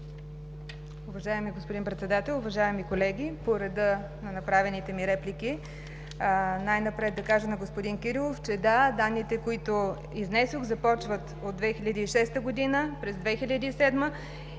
Уважаеми господин Председател, уважаеми колеги! По реда на направените ми реплики. Най-напред да кажа на господин Кирилов, че – да, данните, които изнесох, започват от 2006 г., през 2007 и